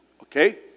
Okay